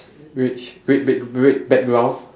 rage red ba~ red background